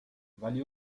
ولی